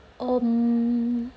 um